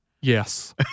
yes